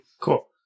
Cool